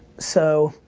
so,